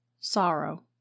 sorrow